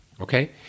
Okay